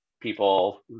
people